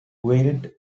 wielded